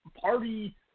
party